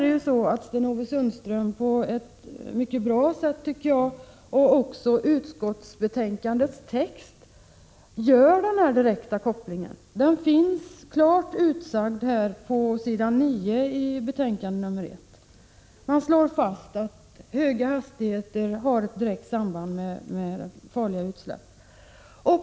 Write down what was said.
Jag tycker att Sten-Ove Sundström på ett mycket bra sätt har gjort denna direkta sammankoppling, och den är också klart utsagd på s. 9i utskottets betänkande nr 1. Där slås fast att höga hastigheter har ett direkt samband med farliga utsläpp.